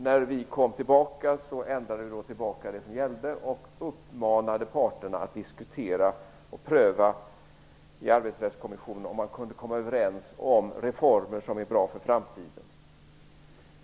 När vi återkom ändrade vi tillbaka till det som gällde innan och uppmanade parterna att diskutera och pröva i Arbetsrättskommissionen om man kunde komma överens om reformer som är bra för framtiden.